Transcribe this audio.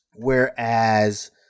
Whereas